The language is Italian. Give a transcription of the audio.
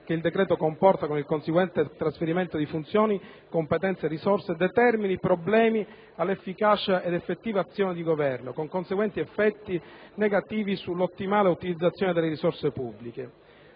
che il decreto comporta con il conseguente trasferimento di funzioni, competenze e risorse, determini problemi all'efficacia ed effettività dell'azione di Governo, con conseguenti effetti negativi sull'ottimale utilizzazione delle risorse pubbliche.